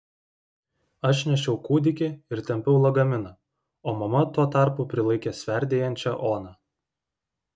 aš nešiau kūdikį ir tempiau lagaminą o mama tuo tarpu prilaikė sverdėjančią oną